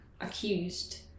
accused